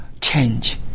Change